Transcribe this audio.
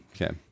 Okay